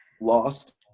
lost